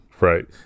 Right